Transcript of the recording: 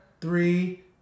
three